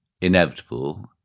inevitable